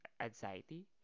anxiety